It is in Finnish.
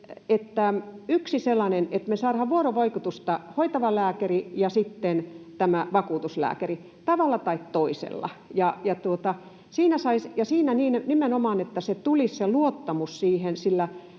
että yksi sellainen on, että me saamme vuorovaikutusta — hoitava lääkäri ja sitten tämä vakuutuslääkäri, tavalla tai toisella — nimenomaan, että kansalaisella tulisi luottamus siihen,